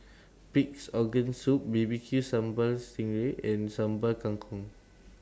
Pig'S Organ Soup B B Q Sambal Sting Ray and Sambal Kangkong